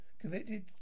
Convicted